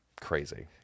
Crazy